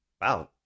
wow